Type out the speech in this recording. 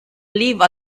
live